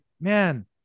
man